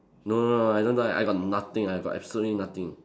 no no no I don't know that I got nothing I've got absolutely nothing